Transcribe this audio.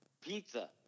Pizza